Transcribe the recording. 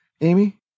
Amy